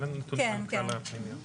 אין לנו נתונים על כלל הפנימיות.